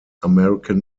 american